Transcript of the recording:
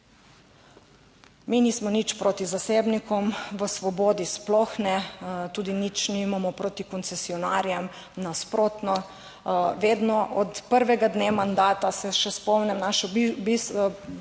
Mi nismo nič proti zasebnikom v Svobodi, sploh ne, tudi nič nimamo proti koncesionarjem. Nasprotno, vedno od prvega dne mandata se še spomnim našega